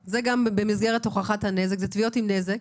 זה גם במסגרת הוכחת הנזק, אלה תביעות עם נזק.